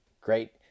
Great